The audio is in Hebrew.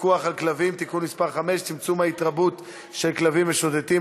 הפיקוח על כלבים (תיקון מס' 5) (צמצום ההתרבות של כלבים משוטטים),